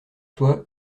toi